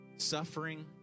Suffering